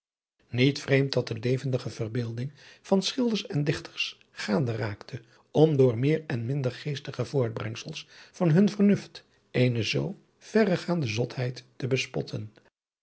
niet vreemd dat de levendige verbeelding van schilders en dichters adriaan loosjes pzn het leven van hillegonda buisman gaande raakte om door meer en minder geestige voortbrengsels van hun vernuft eene zoo verregaande zotheid te bespotten